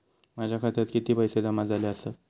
माझ्या खात्यात किती पैसे जमा झाले आसत?